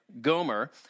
Gomer